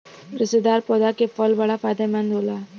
रेशेदार पौधा के फल बड़ा फायदेमंद होला